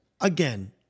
again